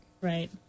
Right